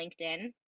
LinkedIn